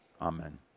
Amen